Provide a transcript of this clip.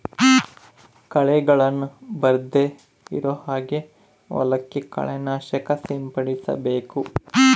ಕಳೆಗಳನ್ನ ಬರ್ದೆ ಇರೋ ಹಾಗೆ ಹೊಲಕ್ಕೆ ಕಳೆ ನಾಶಕ ಸಿಂಪಡಿಸಬೇಕು